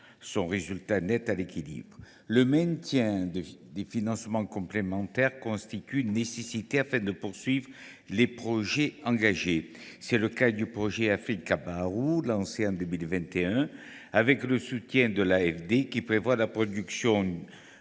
son résultat net à l’équilibre. Le maintien des financements complémentaires constitue une nécessité, afin de poursuivre les projets engagés. Tel est le cas du projet Afri’ Kibaaru, lancé en 2021 avec le soutien de l’Agence française